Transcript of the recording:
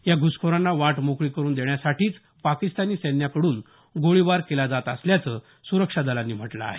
या घ्सखोरांना वाट मोकळी करून देण्यासाठीच पाकिस्तानी सैन्याकडून गोळीबार केला जात असल्याचं सुरक्षा दलांनी म्हटलं आहे